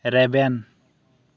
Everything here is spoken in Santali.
ᱨᱮᱵᱮᱱ